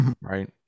Right